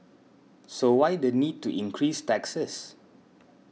so why the need to increase taxes